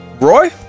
Roy